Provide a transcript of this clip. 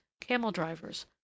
camel-drivers